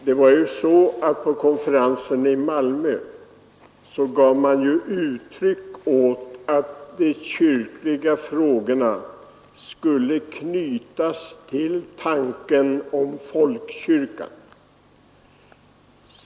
Herr talman! På konferansen i Malmö gavs det uttryck för att de kyrkliga frågorna skulle knytas till tanken om folkkyrkan.